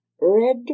red